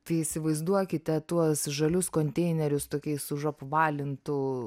tai įsivaizduokite tuos žalius konteinerius tokiais užapvalintu